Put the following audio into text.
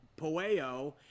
poeo